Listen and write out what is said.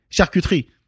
Charcuterie